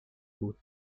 بود